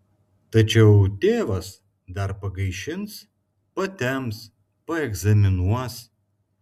tačiau tėvas dar pagaišins patemps paegzaminuos